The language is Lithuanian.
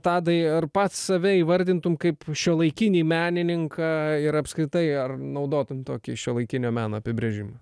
tadai ar pats save įvardintum kaip šiuolaikinį menininką ir apskritai ar naudotum tokį šiuolaikinio meno apibrėžimą